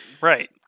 Right